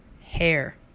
Hair